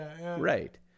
right